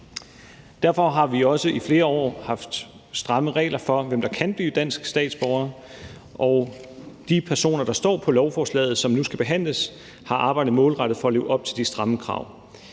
Derfor har vi også i flere år haft stramme regler for, hvem der kan blive danske statsborgere. De personer, der står på lovforslaget, som nu skal behandles, har arbejdet målrettet for at leve op til de stramme krav.